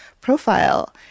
profile